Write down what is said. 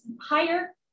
higher